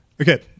Okay